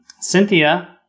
Cynthia